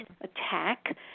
attack